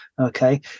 Okay